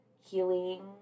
healing